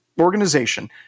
organization